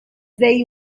they